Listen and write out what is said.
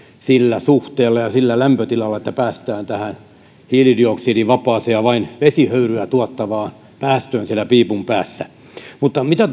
sillä suhteella ja sillä lämpötilalla että päästään tähän hiilidioksidivapaaseen ja vain vesihöyryä tuottavaan päästöön siellä piipun päässä mitä